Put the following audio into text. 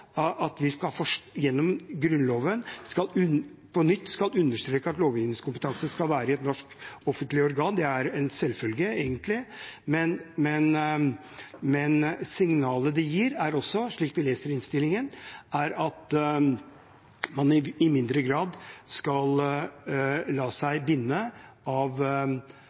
at vi gjennom Grunnloven på nytt skal understreke at lovgivningskompetansen skal være i et norsk offentlig organ – det er egentlig en selvfølge. Men signalet det gir, slik vi leser innstillingen, er at man i mindre grad skal la seg binde av